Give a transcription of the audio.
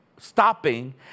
stopping